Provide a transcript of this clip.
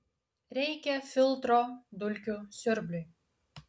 reikia filtro dulkių siurbliui